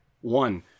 One